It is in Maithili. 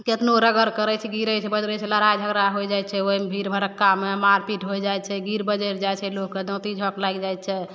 कतनो रगड़ करै छै गिरै छै बजरै छै लड़ाइ झगड़ा होइ जाइ छै ओहिमे भीड़ भड़क्कामे मारिपीट होइ जाइ छै गिर बजरि जाइ छै लोकके दाँती झक्क लागि जाइ छै